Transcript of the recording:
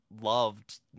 loved